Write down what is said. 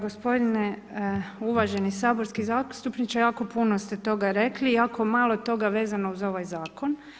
Gospodine uvaženi saborski zastupniče, jako puno toga ste rekli, jako malo vezano uz ovaj zakon.